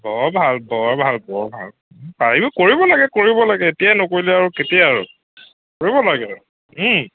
বৰ ভাল বৰ ভাল বৰ ভাল পাৰিব কৰিব লাগে কৰিব লাগে এতিয়াই নকৰিলে আৰু কেতিয়া আৰু কৰিব লাগে